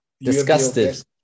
disgusted